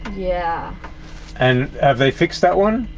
yeah and have they fixed that one?